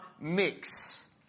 mix